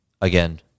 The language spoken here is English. again